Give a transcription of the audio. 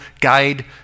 guide